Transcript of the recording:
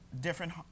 different